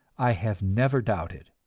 i have never doubted.